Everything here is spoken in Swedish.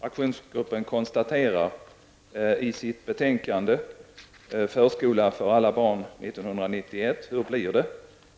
Aktionsgruppen konstaterar i sitt betänkande Förskola för alla barn 1991 -- hur blir det?